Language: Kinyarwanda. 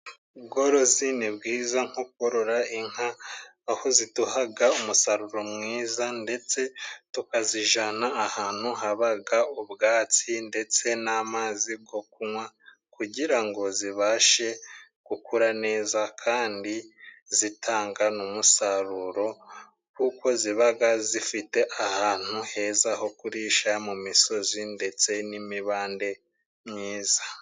Ubworozi ni bwiza, nko korora inka, aho ziduha umusaruro mwiza, ndetse tukazijyana ahantu haba ubwatsi, ndetse n'amazi yo kunywa, kugira ngo zibashe gukura neza, kandi zitanga umusaruro kuko ziba zifite ahantu heza ho kurisha mu misozi ndetse n'imibande myiza.